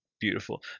beautiful